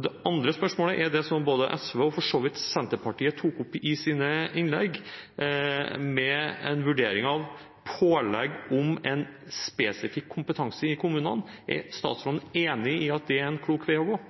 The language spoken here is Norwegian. Det andre spørsmålet gjelder det som både SV og for så vidt Senterpartiet tok opp i sine innlegg, om en vurdering av pålegg om en spesifikk kompetanse i kommunene. Er statsråden enig i at det er en klok vei å gå?